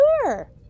sure